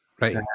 Right